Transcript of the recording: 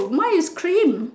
mine is cream